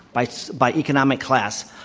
by by economic class,